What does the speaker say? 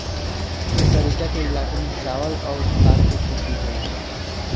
ए तरीका के इलाका में चावल अउर तार के खेती होला